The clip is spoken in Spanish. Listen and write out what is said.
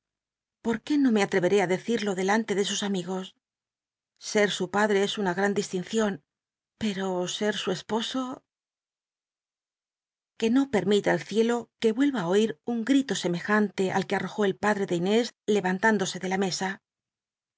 pot qué no me atl'c cré i dccil'lo delante de sus amigos ser su padre es una gtan distincion peto set su esposo que no permita el cielo que weha i oit un gl'ilo semejante al que artojó el padre de inés lcvanhíndose le la mesa